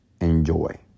enjoy